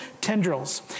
tendrils